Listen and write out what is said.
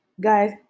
guys